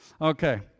Okay